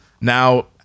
now